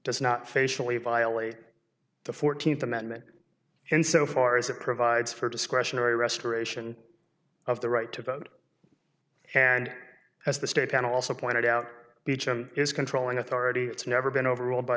does not facially violate the fourteenth amendment in so far as it provides for discretionary restoration of the right to vote and as the state panel also pointed out beecham is controlling authority it's never been overruled by